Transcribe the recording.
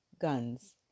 guns